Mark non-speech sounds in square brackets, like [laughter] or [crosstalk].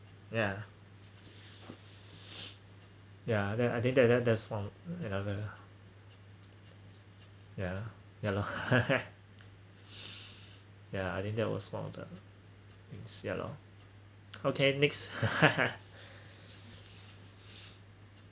ya [breath] ya then I think that that that is from ya ya lor [laughs] [breath] ya I think that was one of them is ya lor okay next [laughs]